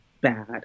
bad